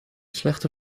slechte